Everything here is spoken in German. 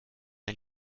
ein